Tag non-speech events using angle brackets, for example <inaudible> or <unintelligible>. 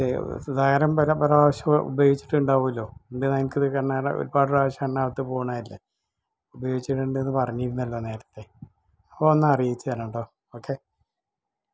സുധാകരന് പല പ്രാവശ്യവും ഉപയോഗിച്ചിട്ടുണ്ടാകുമല്ലോ <unintelligible> പല പ്രാശ്യം എറണാകുളത്ത് പോകുന്നതല്ലേ ഉപയോഗിച്ചിട്ടുണ്ടെന്ന് പറഞ്ഞിരുന്നല്ലോ നേരത്തെ അപ്പോൾ ഒന്ന് അറിയിച്ചേനേട്ടൊ ഓക്കെ